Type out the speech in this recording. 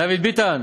דוד ביטן,